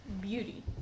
beauty